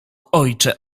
ojcze